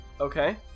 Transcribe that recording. Okay